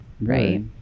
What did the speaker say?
Right